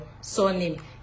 surname